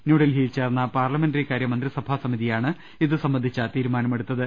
ന്യൂഡൽഹിയിൽ ചേർന്ന പാർലമെന്ററികാര്യ മന്ത്രിസഭാ സമിതിയാണ് ഇത് സംബന്ധിച്ച തീരുമാനം എടുത്തത്